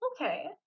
Okay